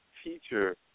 teacher